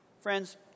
Friends